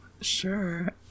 Sure